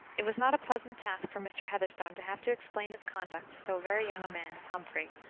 it was not a pleasant task for mr. heatherstone to have to explain his conduct to so very young a man as humphrey,